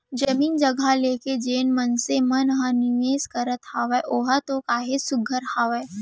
जमीन जघा लेके जेन मनसे मन ह निवेस करत हावय ओहा तो काहेच सुग्घर हावय